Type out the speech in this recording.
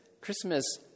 Christmas